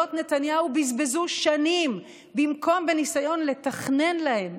שממשלות נתניהו בזבזו שנים ובמקום בניסיון לתכנן להם,